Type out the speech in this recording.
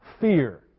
fear